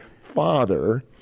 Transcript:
father